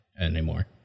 anymore